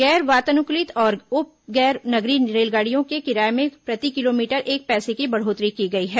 गैर वातानुकूलित और गैर उप नगरीय रेलगाड़ियों के किराये में प्रति किलोमीटर एक पैसे की बढ़ोतरी की गई है